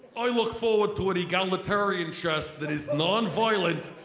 i look forward to an egalitarian chess that is nonviolent